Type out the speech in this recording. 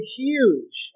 huge